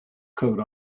coat